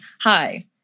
Hi